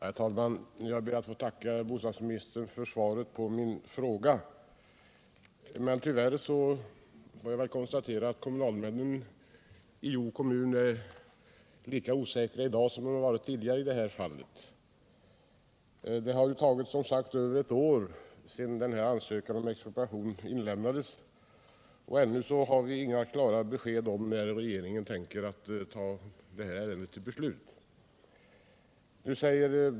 Herr talman! Jag ber att få tacka bostadsministern för svaret på min fråga. Tyvärr får jag konstatera att kommunalmännen i Hjo kommun i det här fallet är lika osäkra i dag som tidigare. Det har som sagt gått över ett år sedan denna ansökan om expropriation inlämnades, och ännu har vi inga klara besked om när regeringen tänker ta upp ärendet till beslut.